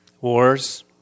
wars